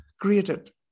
created